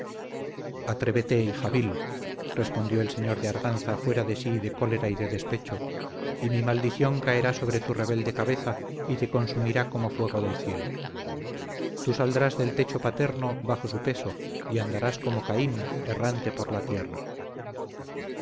atrévete hija vil respondió el señor de arganza fuera de sí de cólera y de despecho y mi maldición caerá sobre tu rebelde cabeza y te consumirá como fuego del cielo tú saldrás del techo paterno bajo su peso y andarás como caín errante por la tierra